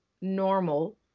normal